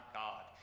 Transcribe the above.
god